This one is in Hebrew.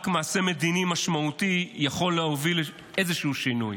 רק מעשה מדיני משמעותי יכול להוביל לאיזשהו שינוי.